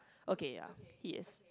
okay ya he is